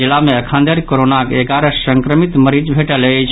जिला मे अखन धरि कोरोनाक एगारह संक्रमित मरीज भेटल अछि